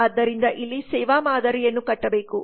ಆದ್ದರಿಂದ ಇಲ್ಲಿ ಸೇವಾ ಮಾದರಿಯನ್ನು ಕಟ್ಟಬೇಕು